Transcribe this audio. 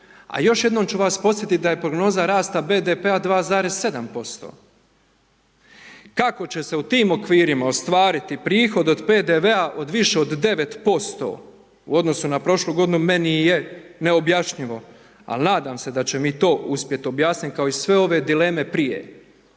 a još jednom ću vas podsjetiti da je prognoza rasta BDP-a 2,7%. Kako će se u tim okvirima ostvariti prihod od PDV-a od više od 9% u odnosu na prošlu godinu, meni je neobjašnjivo. Al, nadam se da će mi to uspjeti objasniti, kao i sve ove dileme prije.